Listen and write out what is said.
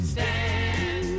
Stand